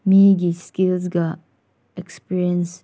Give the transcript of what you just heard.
ꯃꯤꯒꯤ ꯁ꯭ꯀꯤꯜꯁꯒ ꯑꯦꯛꯁꯄꯔꯤꯌꯦꯟꯁ